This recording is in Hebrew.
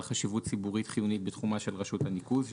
חשיבות ציבורית חיונית בתחומה של רשות הניקוז,